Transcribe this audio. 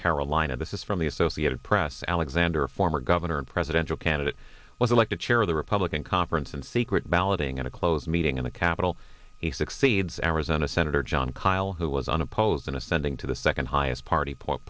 carolina this is from the associated press alexander former governor and presidential candidate was elected chair of the republican conference in secret balloting at a closed meeting in the capital he succeeds arizona senator jon kyl who was unopposed in ascending to the second highest party po